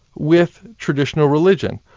with traditional religion,